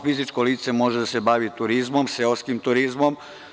Fizičko lice se može baviti turizmom, seoskim turizmom.